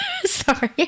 Sorry